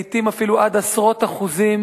לעתים אפילו עד עשרות אחוזים,